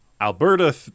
Alberta